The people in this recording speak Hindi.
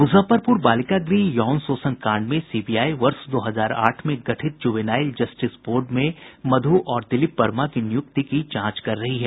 मुजफ्फरपुर बालिका गृह यौन शोषण कांड में सीबीआई वर्ष दो हजार आठ में गठित जुबेनाईल जस्टिस बोर्ड में मधु और दिलीप वर्मा की नियुक्ति की जांच कर रही है